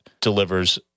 delivers